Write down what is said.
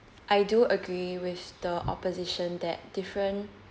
I do agree with the opposition that different